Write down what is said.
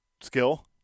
Skill